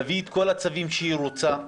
להביא את כל הצווים שהיא רוצה,